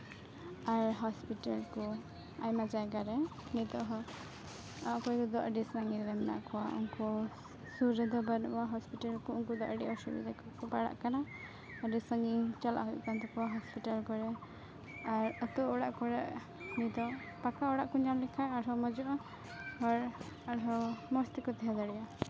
ᱟᱨ hospital ᱠᱚ ᱟᱭᱢᱟ ᱡᱟ ᱜᱟ ᱨᱮ ᱱᱤᱛᱳᱜ ᱦᱚᱸ ᱚᱠᱚᱭ ᱠᱚᱫᱚ ᱟᱹᱰᱤ ᱥᱟᱺᱜᱤᱧ ᱨᱮ ᱢᱮᱱᱟᱜ ᱠᱚᱣᱟ ᱩᱱᱠᱩ ᱥᱩᱨ ᱨᱮᱫᱚ ᱵᱟᱹᱱᱩᱜ ᱠᱚᱣᱟ ᱦᱚᱸᱥᱯᱤᱴᱟᱞ ᱨᱮᱫᱚ ᱩᱱᱠᱩ ᱫᱚ ᱟᱹᱰᱤ ᱚᱥᱩᱵᱤᱫᱷᱟ ᱨᱮᱠᱚ ᱯᱟᱲᱟᱜ ᱠᱟᱱᱟ ᱟᱹᱰᱤ ᱥᱟᱺᱜᱤᱧ ᱪᱟᱞᱟᱜ ᱦᱩᱭᱩᱜ ᱠᱟᱱ ᱛᱟᱠᱚᱣᱟ ᱦᱚᱸᱥᱯᱤᱴᱟᱞ ᱠᱚᱫᱚ ᱟᱨ ᱟᱹᱛᱩ ᱚᱲᱟᱜ ᱠᱚᱨᱮ ᱱᱤᱛᱳᱜ ᱯᱟᱠᱟ ᱚᱲᱟᱜ ᱠᱚ ᱧᱟᱢ ᱞᱮᱠᱷᱟᱱ ᱟᱨᱦᱚᱸ ᱢᱚᱡᱽᱼᱚᱜᱼᱟ ᱦᱚᱲ ᱟᱨᱦᱚᱸ ᱢᱚᱡᱽ ᱛᱮᱠᱚ ᱛᱟᱦᱮᱸ ᱫᱟᱲᱮᱭᱟᱜᱼᱟ